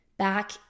back